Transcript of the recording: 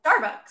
Starbucks